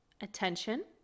attention